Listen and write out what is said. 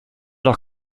doch